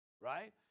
Right